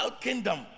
kingdom